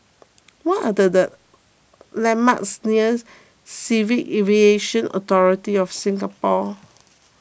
what are the landmarks near Civil Aviation Authority of Singapore